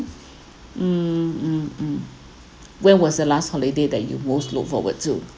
mm mm mm where was the last holiday that you most look forward to